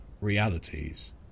realities